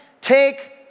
take